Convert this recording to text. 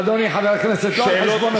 אדוני חבר הכנסת, לא על חשבון הזמן.